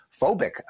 phobic